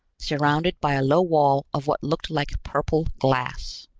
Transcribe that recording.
surrounded by a low wall of what looked like purple glass.